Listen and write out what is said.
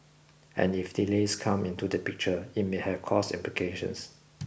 and if delays come into the picture it may have cost implications